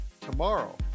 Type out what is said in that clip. tomorrow